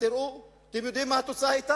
תראו, אתם יודעים מה היתה התוצאה?